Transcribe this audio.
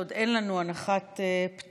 מכיוון שעוד אין לנו הנחת פטור,